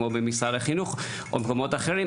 כמו במשרד החינוך או מקומות אחרים,